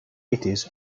eighties